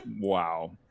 Wow